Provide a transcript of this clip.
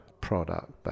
product